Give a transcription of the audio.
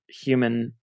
human